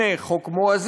הנה, חוק מואזין.